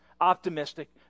optimistic